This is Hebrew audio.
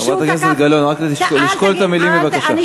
חברת הכנסת גלאון, רק לשקול את המילים בבקשה.